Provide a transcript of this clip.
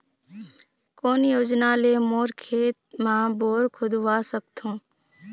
कोन योजना ले मोर खेत मा बोर खुदवा सकथों?